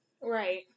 Right